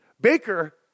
Baker